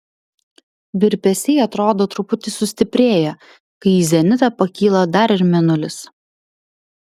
virpesiai atrodo truputį sustiprėja kai į zenitą pakyla dar ir mėnulis